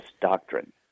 doctrine